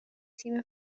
تیم